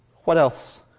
what else?